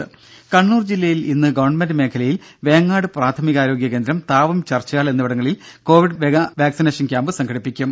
ദര കണ്ണൂർ ജില്ലയിൽ ഇന്ന് ഗവൺമെന്റ് മേഖലയിൽ വേങ്ങാട് പ്രാഥമികാരോഗ്യകേന്ദ്രം താവം ചർച്ച് ഹാൾ എന്നിവിടങ്ങളിൽ കോവിഡ് മെഗാ വാക്സിനേഷൻ ക്യാമ്പ് സംഘടിപ്പിക്കും